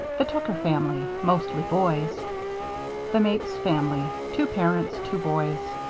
the tucker family mostly boys the mapes family two parents, two boys